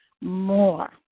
more